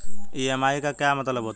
EMI का क्या मतलब होता है?